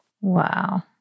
Wow